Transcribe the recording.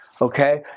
okay